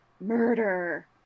Murder